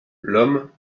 l’homme